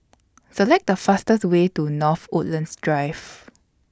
Select The fastest Way to North Woodlands Drive